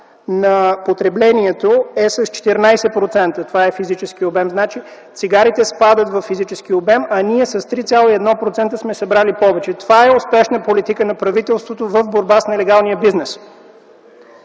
на потреблението е с 14%. Това е физическият обем. Значи цигарите спадат във физически обем, а ние с 3,1% сме събрали повече. Това е успешна политика на правителството в борбата с нелегалния бизнес.